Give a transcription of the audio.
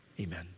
amen